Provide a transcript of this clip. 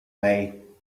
way